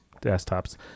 desktops